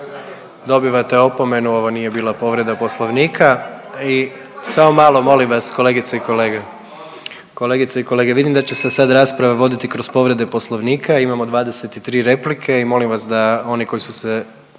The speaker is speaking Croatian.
dobivate opomenu. Ovo nije bila povreda Poslovnika. Samo malo molim vas kolegice i kolege. Kolegice i kolege vidim da će se sad rasprava voditi kroz povrede Poslovnika, imamo 23 replike i molim vas da oni koji su se